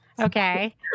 Okay